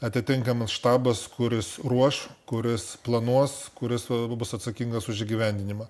atitinkamas štabas kuris ruoš kuris planuos kuris bus atsakingas už įgyvendinimą